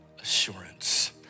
assurance